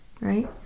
Right